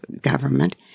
government